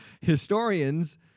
Historians